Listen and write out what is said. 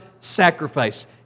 sacrifice